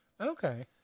Okay